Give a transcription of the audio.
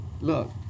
look